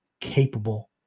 capable